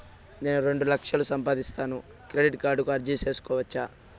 నేను రెండు లక్షలు సంపాదిస్తాను, క్రెడిట్ కార్డుకు అర్జీ సేసుకోవచ్చా?